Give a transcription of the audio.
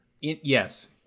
Yes